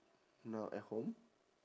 now at home